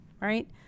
right